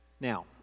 now